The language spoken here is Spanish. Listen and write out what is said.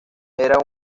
era